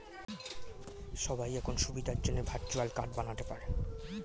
সবাই এখন সুবিধার জন্যে ভার্চুয়াল কার্ড বানাতে পারে